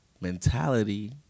mentality